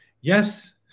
yes